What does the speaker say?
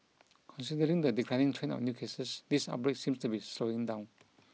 considering the declining trend of new cases this outbreak seems to be slowing down